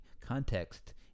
context